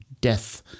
death